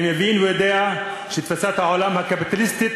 אני מבין ויודע שתפיסת העולם הקפיטליסטית,